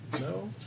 No